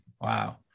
Wow